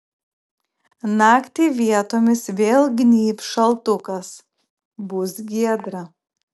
naktį vietomis vėl gnybs šaltukas bus giedra